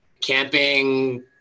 camping